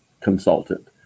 consultant